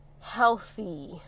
healthy